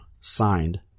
signed